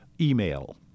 email